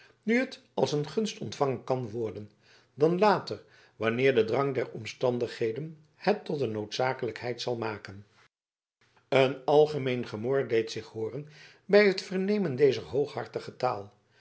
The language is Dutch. nu het als een gunst ontvangen kan worden dan later wanneer de drang der omstandigheden het tot een noodzakelijkheid zal maken een algemeen gemor deed zich hooren bij het vernemen dezer hooghartige taal